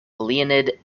leonid